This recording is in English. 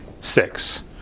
six